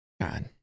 God